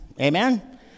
Amen